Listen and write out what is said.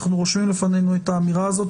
אנחנו רושמים לפנינו את האמירה הזאת.